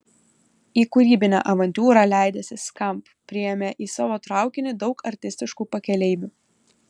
į kūrybinę avantiūrą leidęsi skamp priėmė į savo traukinį daug artistiškų pakeleivių